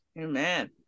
Amen